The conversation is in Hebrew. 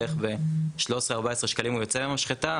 בערך 13-14 שקלים הוא יוצא מהמשחטה.